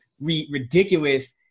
ridiculous